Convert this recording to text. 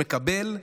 מקבל,